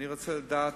אני רוצה לדעת,